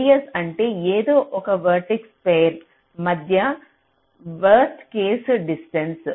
radius అంటే ఏదో ఒక వెర్టిసిస్ ఫెయిర్ మధ్య వర్స్ట్ కేస్ డిస్టెన్స్